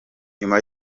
nyuma